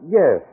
yes